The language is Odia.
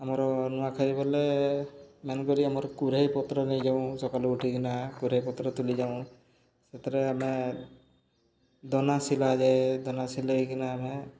ଆମର ନୂଆଖାଇ ବଲେ ମେନକରି ଆମର କୁରେଇ ପତ୍ର ନେଇଯାଉ ସକାଳୁ ଉଠିକିନା କୁରେହାଇେଇ ପତ୍ର ତୁଲିଯାଉ ସେଥିରେ ଆମେ ଦନା ସିଲା ଯାଏ ଦନା ସିଲେଇକିନା ଆମେ